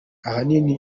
ahanini